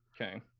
Okay